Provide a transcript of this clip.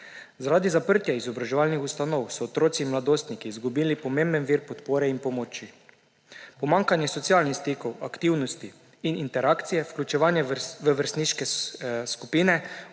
Zaradi zaprtja izobraževalnih ustanov so otroci in mladostnik izgubili pomemben vir podpore in pomoči. Pomanjkanje socialnih stikov, aktivnosti in interakcije, vključevanja v vrstniške skupine